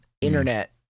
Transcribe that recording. internet